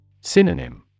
Synonym